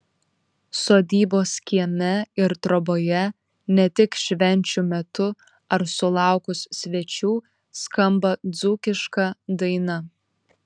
sodybos kieme ir troboje ne tik švenčių metu ar sulaukus svečių skamba dzūkiška daina